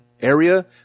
area